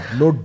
no